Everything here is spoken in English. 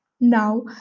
Now